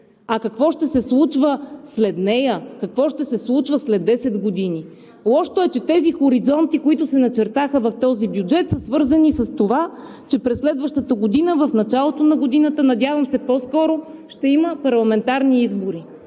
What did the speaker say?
а какво ще се случва след нея, какво ще се случва след 10 години. Лошото е, че тези хоризонти, които се начертаха в този бюджет, са свързани с това, че през следващата година, в началото на годината, надявам се, по-скоро ще има парламентарни избори.